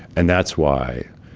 and that's why,